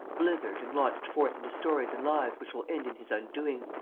blithered and launched forth into stories and lies which will end in his undoing.